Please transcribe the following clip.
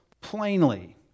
plainly